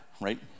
right